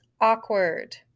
Awkward